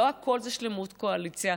לא הכול זה שלמות קואליציה,